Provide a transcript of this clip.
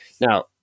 Now